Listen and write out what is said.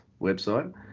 website